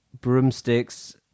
Broomsticks